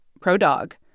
pro-dog